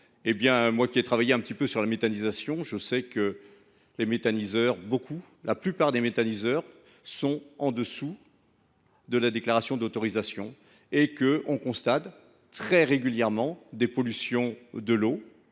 Pour avoir travaillé un peu sur la méthanisation, je sais que la plupart des méthaniseurs sont en dessous du seuil d’autorisation et que l’on constate très régulièrement des pollutions de l’eau